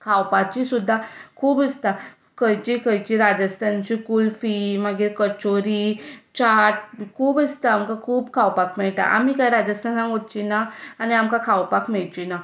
खावपाचीं सुद्दां खूब आसता खंयचीं खंयचीं राजस्थानाचीं कुल्फी कचोरी चाट खूब आसता आमकां खूब खावपाक मेळटा आमी कांय राजस्थानांत वचचीं ना आनी आमकां खावपाक मेळचें ना